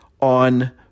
on